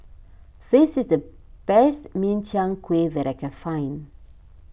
this is the best Min Chiang Kueh that I can find